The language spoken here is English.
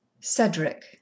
Cedric